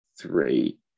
three